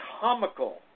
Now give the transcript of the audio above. comical